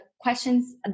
questions